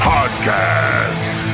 Podcast